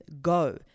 go